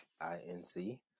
I-N-C